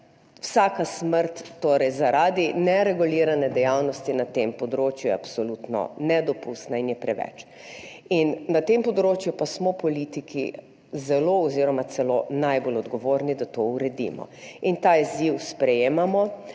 Vsaka smrt zaradi neregulirane dejavnosti na tem področju je torej absolutno nedopustna in je preveč. Na tem področju pa smo politiki zelo oziroma celo najbolj odgovorni, da to uredimo. Ta izziv sprejemamo